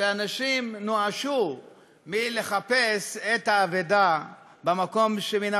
שאנשים נואשו מלחפש את האבדה במקום שמן